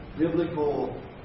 biblical